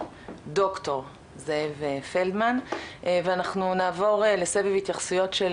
ד"ר זאב פלדמן ואנחנו נעבור לסבב התייחסויות של